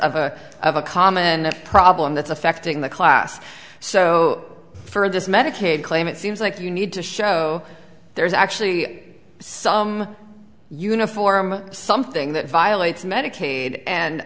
of a common problem that's affecting the class so for this medicaid claim it seems like you need to show there's actually some uniform something that violates medicaid and